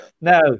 now